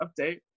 update